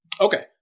Okay